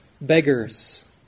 beggars